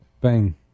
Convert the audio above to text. bang